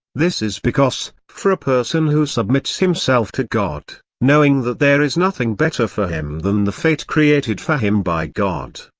this is because, for a person who submits himself to god, knowing that there is nothing better for him than the fate created for him by god,